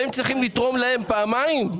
הם צריכים לתרום להם פעמיים?